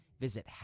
Visit